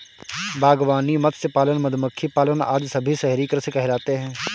बागवानी, मत्स्य पालन, मधुमक्खी पालन आदि सभी शहरी कृषि कहलाते हैं